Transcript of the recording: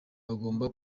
bagomba